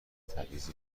تبعیض